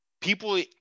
People